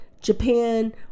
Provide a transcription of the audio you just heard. Japan